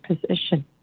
position